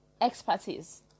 expertise